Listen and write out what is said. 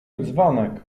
dzwonek